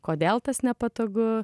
kodėl tas nepatogu